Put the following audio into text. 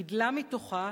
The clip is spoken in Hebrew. גידלה מתוכה